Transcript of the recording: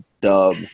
dub